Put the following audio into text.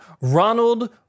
Ronald